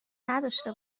نداشته